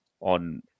on